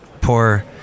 Poor